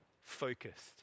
focused